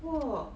!whoa!